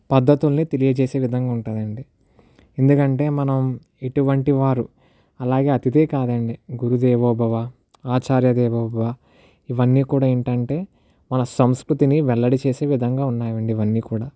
పద్ధతుల్ని తెలియజేసే విధంగా ఉంటుంది అండి ఎందుకంటే మనం ఇటువంటి వారు అలాగే అతిథే కాదండి గురుదేవోభవ ఆచార్యదేవోభవ ఇవన్నీ కూడా ఏంటంటే మన సంస్కృతిని వెల్లడి చేసే విధంగా ఉన్నాయండి ఇవన్నీ కూడా